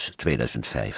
2005